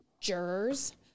jurors